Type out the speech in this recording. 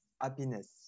happiness